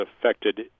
affected